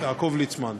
יעקב ליצמן.